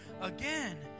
again